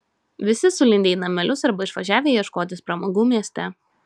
visi sulindę į namelius arba išvažiavę ieškotis pramogų mieste